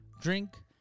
drink